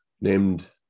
named